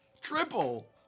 Triple